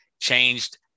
changed